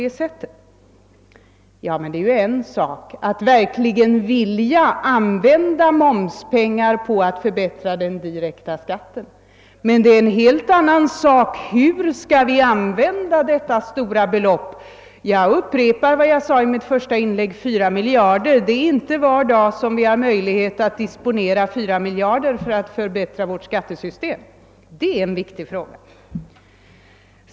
Det är emellertid en sak att verkligen vilja använda moms pengar till att förbättra den direkta skatten men det är en helt annan sak hur vi skall använda detta stora belopp. Jag upprepar vad jag sade i mitt första inlägg att det inte är varje dag som vi har möjlighet att disponera 4 miljarder kronor för att förbättra vårt skattesystem. Det är en viktig fråga.